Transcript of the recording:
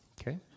Okay